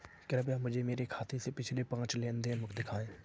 कृपया मुझे मेरे खाते से पिछले पाँच लेन देन दिखाएं